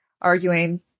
arguing